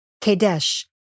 Kadesh